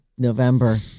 November